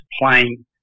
playing